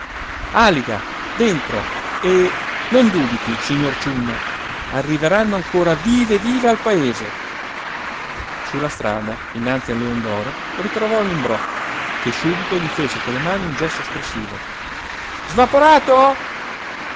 àliga dentro e non dubiti signor ciunna arriveranno ancora vive vive al paese su la strada innanzi al leon d'oro ritrovò l'imbrò che subito gli fece con le mani un gesto espressivo svaporato